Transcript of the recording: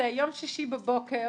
יום שישי בבוקר,